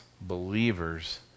believers